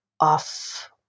off